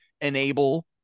enable